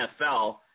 NFL